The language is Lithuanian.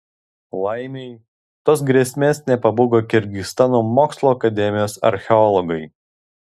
laimei tos grėsmės nepabūgo kirgizstano mokslų akademijos archeologai